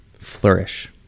flourish